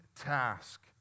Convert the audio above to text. task